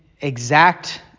exact